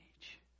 age